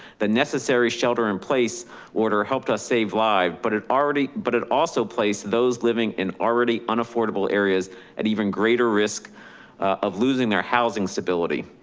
the necessary shelter in place order helped us save live, but it but it also placed those living in already unaffordable areas at even greater risk of losing their housing stability.